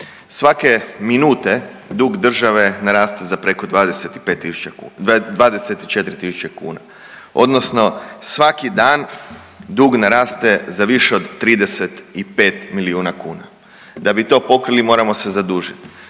Svake minute dug države naraste za preko 24.000 kune odnosno svaki dan dug naraste za više od 35 milijuna kuna, da bi to pokrili moramo se zadužit.